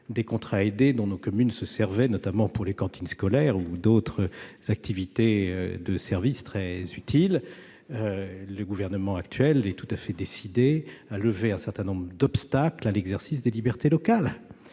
des contrats aidés dont nos communes se servaient pour les cantines scolaires ou d'autres activités de service très utiles, le Gouvernement actuel est-il tout à fait décidé à lever un certain nombre d'obstacles à l'exercice des libertés locales